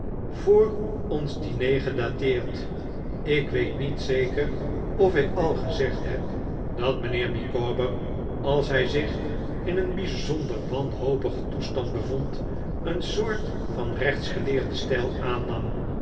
voor ons diner gedateerd ik weet niet zeker of ik al gezegd heb dat mijnheer micawber als hij zich in een bij zonder wanhopigen toestand bevond een soort van rechtsgeleerden stijl aannam